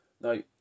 Now